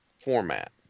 format